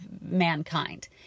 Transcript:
mankind